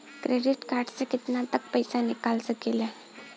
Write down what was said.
Credit card से केतना तक पइसा निकाल सकिले?